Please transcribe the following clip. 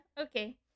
okay